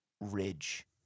ridge